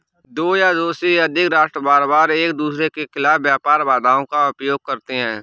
दो या दो से अधिक राष्ट्र बारबार एकदूसरे के खिलाफ व्यापार बाधाओं का उपयोग करते हैं